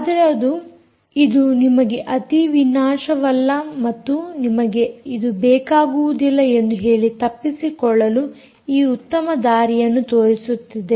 ಆದರೆ ಅದು ಇದು ನಿಮಗೆ ಅತಿವಿನಾಶವಲ್ಲ ಮತ್ತು ನಿಮಗೆ ಇದು ಬೇಕಾಗುವುದಿಲ್ಲ ಎಂದು ಹೇಳಿ ತಪ್ಪಿಸಿಕೊಳ್ಳಲು ಈ ಉತ್ತಮ ದಾರಿಯನ್ನು ತೋರಿಸುತ್ತದೆ